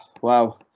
wow